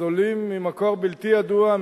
זולים ממקור בלתי ידוע,